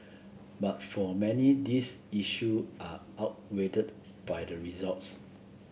but for many these issue are outweighed by the results